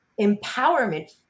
empowerment